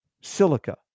silica